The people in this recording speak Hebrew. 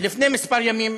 לפני כמה ימים,